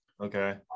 okay